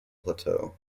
plateau